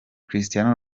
cristiano